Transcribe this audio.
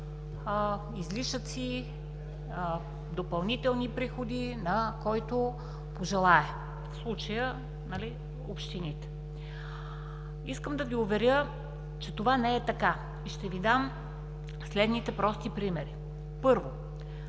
излишъци, допълнителни приходи, на когото пожелае – в случая общините. Искам да Ви уверя, че това не е така, и ще Ви дам следните прости примери. Първо,